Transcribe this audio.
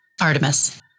Artemis